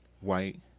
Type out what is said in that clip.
white